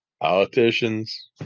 politicians